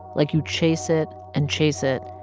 like, you chase it and chase it,